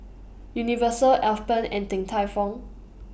Universal Alpen and Din Tai Fung